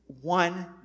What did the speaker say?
one